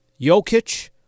Jokic